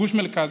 גוש מרכז,